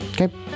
Okay